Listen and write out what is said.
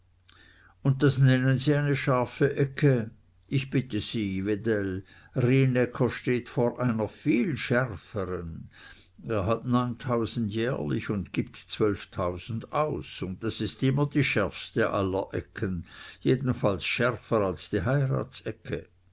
und das nennen sie eine scharfe ecke ich bitte sie wedell rienäcker steht vor einer viel schärferen er hat jährlich und gibt zwölftausend aus und das ist immer die schärfste aller ecken jedenfalls schärfer als die